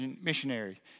missionary